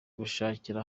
gushakira